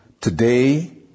Today